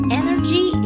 energy